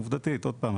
עובדתית עוד פעם,